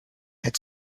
had